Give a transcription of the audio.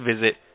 visit